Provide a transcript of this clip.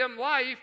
life